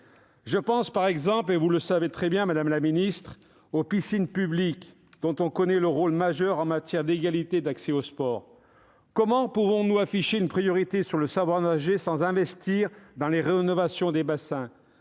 Je pense, par exemple, aux piscines publiques, dont on connaît le rôle majeur en matière d'égalité d'accès au sport. Comment pouvons-nous afficher une priorité sur le savoir nager sans investir dans la rénovation des bassins ?